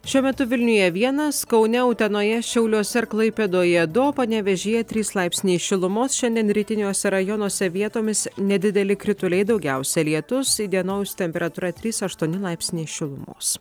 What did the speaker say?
šiuo metu vilniuje vienas kaune utenoje šiauliuose ir klaipėdoje du o panevėžyje trys laipsniai šilumos šiandien rytiniuose rajonuose vietomis nedideli krituliai daugiausia lietus įdienojus temperatūra trys aštuoni laipsniai šilumos